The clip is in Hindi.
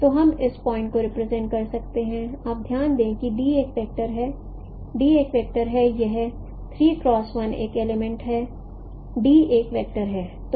तो हम इस पॉइंट् को रिप्रेजेंट कर सकते हैं आप ध्यान दें कि d एक वेक्टर है d एक वेक्टर है यह एक एलीमेंट है d एक वेक्टर है